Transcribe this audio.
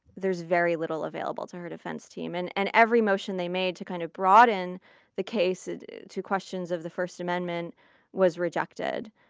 there's very little available to her defense team. and and every motion they made to kind of broaden the case to questions of the first amendment was rejected,